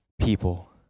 people